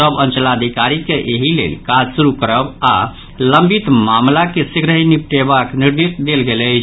सभ अंचलाधिकारी के एहि लेल काज शुरू करव आओर लंबित मामिला के शीघ्रहि निपटेबाक निर्देश देल गेल अछि